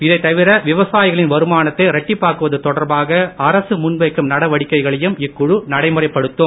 இதை தவிர விவசாயிகளின் வருமானத்தை இரட்டிப்பாக்குவது தொடர்பாக முன் வைக்கும் நடவடிக்கைகளையும் இக்குழு அரசு நடைமுறைப்படுத்தும்